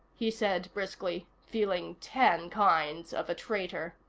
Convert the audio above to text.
he said briskly, feeling ten kinds of a traitor.